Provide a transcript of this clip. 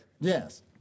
Yes